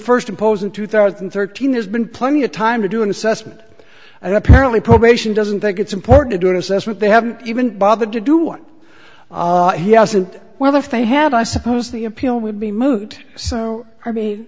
first imposed in two thousand and thirteen there's been plenty of time to do an assessment and apparently probation doesn't think it's important to do an assessment they haven't even bothered to do one he hasn't well if they had i suppose the appeal would be moot so i mean